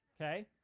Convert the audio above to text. Okay